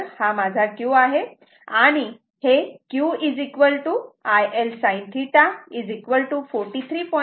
तर हा माझा q आहे आणि हे q IL sin θ 43